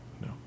No